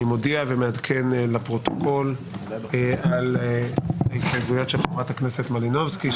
אני מודיע ומעדכן לפרוטוקול על ההסתייגויות של חברת הכנסת מלינובסקי,